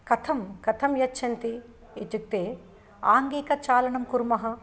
कथं कथं यच्छन्ति इत्युक्ते आङ्गिकचालनं कुर्मः